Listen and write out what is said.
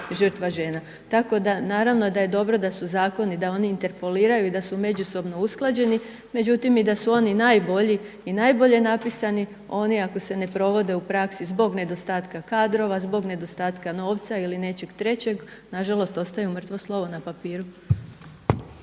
žrtva žena. Tako da naravno da je dobro da su zakoni, da oni interpoliraju i da su međusobno usklađeni. Međutim, da su oni i najbolji i najbolje napisani oni ako se ne provode u praksi zbog nedostatka kadrova, zbog nedostatka novca ili nečeg trećeg, nažalost ostaju mrtvo slovo na papiru.